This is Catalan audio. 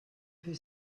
fer